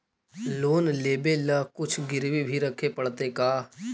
Loan लेबे ल कुछ गिरबी भी रखे पड़तै का?